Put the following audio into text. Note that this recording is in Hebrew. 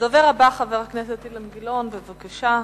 הדובר הבא, חבר הכנסת אילן גילאון, בבקשה.